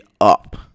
up